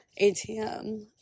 ATM